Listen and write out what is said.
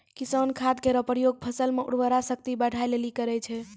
किसान खाद केरो प्रयोग फसल म उर्वरा शक्ति बढ़ाय लेलि करै छै